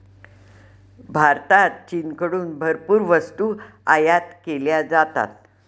भारतात चीनकडून भरपूर वस्तू आयात केल्या जातात